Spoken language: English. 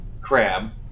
crab